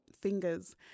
fingers